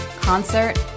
concert